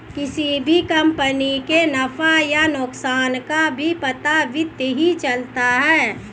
किसी भी कम्पनी के नफ़ा या नुकसान का भी पता वित्त ही चलता है